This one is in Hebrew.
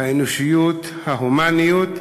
האנושיות, ההומניות,